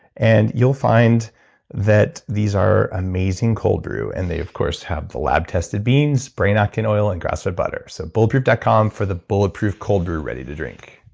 and you'll find that these are amazing cold brew. and they of course have the lab-tested beans, brain octane oil, and grass-fed butter. so bulletproof dot com for the bulletproof cold brew ready-to-drink.